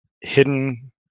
Hidden